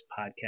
podcast